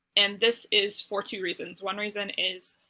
and this is for two reasons one reason is